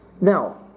Now